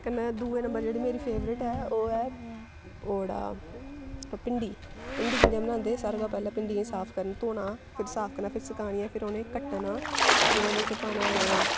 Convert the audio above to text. कन्नै दूए नंबर जेह्ड़ी मेरी फेवरेट ऐ ओह् ऐ ओह्ड़ा भिंडी भिंडी कियां बनांदे सारें कोला पैह्लें भिंडियें गी साफ करियै धोना फिर साफ करियै सकानियां फिर उ'नेंगी कट्टना फिर ओह्दे च पाना ओह्